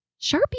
Sharpie